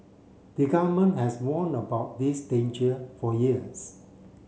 the Government has warn about this danger for years